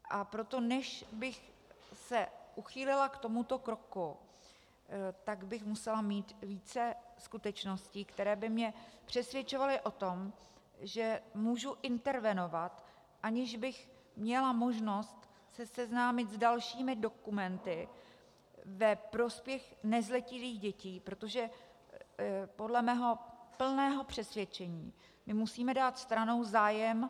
A proto než bych se uchýlila k tomuto kroku, tak bych musela mít více skutečností, které by mě přesvědčovaly o tom, že můžu intervenovat, aniž bych měla možnost se seznámit s dalšími dokumenty ve prospěch nezletilých dětí, protože podle mého plného přesvědčení my musíme dát stranou zájem...